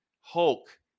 Hulk